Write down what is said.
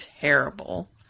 terrible